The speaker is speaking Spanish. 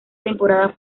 temporada